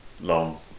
long